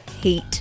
hate